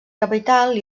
capital